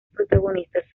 protagonistas